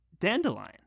Dandelion